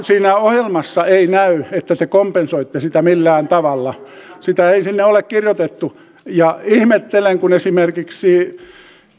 siinä ohjelmassa ei näy että te kompensoitte sitä millään tavalla sitä ei sinne ole kirjoitettu ihmettelen kun esimerkiksi